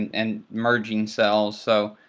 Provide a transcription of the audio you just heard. and merging cells. so